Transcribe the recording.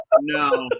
No